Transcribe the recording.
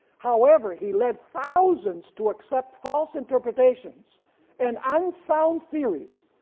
however he led thousands to accept false interpretations and unsound theories,